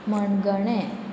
मणगणें